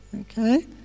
Okay